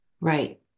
Right